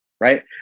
right